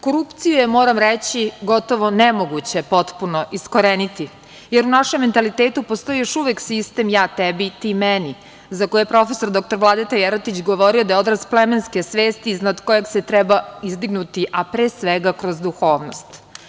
Korupciju je, moram reći, gotovo nemoguće potpuno iskoreniti, jer u našem mentalitetu postoji još uvek sistem „ja tebi ti meni“, za koje je prof. dr Vladeta Jeretić govorio da je odraz plemenske svesti iznad kojeg se treba izdignuti, a pre svega kroz duhovnost.